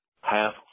half